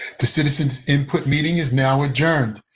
the citizen's input meeting is now adjourned.